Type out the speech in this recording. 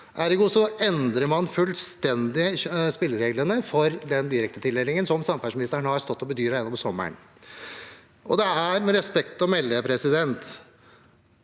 Ergo endrer man fullstendig spillereglene for den direktetildelingen som samferdselsministeren har stått og bedyret gjennom sommeren. Det er med respekt å melde litt